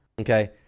Okay